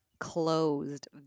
Closed